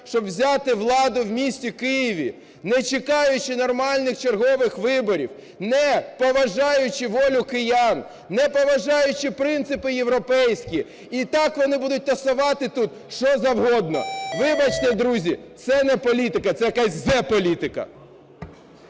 щоб взяти владу в місті Києві, не чекаючи нормальних чергових виборів, не поважаючи волю киян, не поважаючи принципи європейські. І так вони будуть тасувати тут що завгодно. Вибачте, друзі, це не політика, це якась "зе-політика".